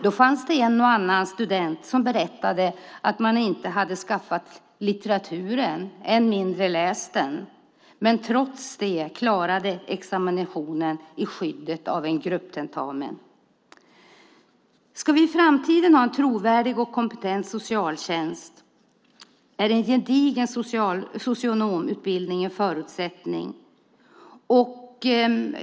Då fanns det en och annan student som berättade att man inte hade skaffat litteraturen, än mindre läst den, och ändå klarade examinationen i skydd av en grupptentamen. Ska vi i framtiden ha en trovärdig och kompetent socialtjänst är en gedigen socionomutbildning en förutsättning.